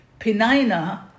penina